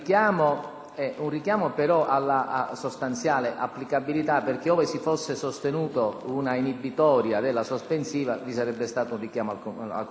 un richiamo alla sostanziale applicabilità, perché ove si fosse sostenuta una inibitoria della questione sospensiva qui vi sarebbe stato un richiamo *a contrario*.